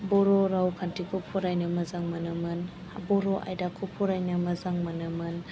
बर' रावखान्थिखौ फरायनो मोजां मोनोमोन बर' आयदाखौ फरायनो मोजां मोनोमोन